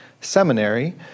seminary